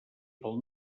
pel